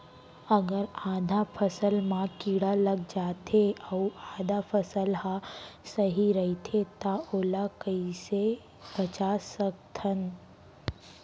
अगर आधा फसल म कीड़ा लग जाथे अऊ आधा फसल ह सही रइथे त ओला कइसे बचा सकथन?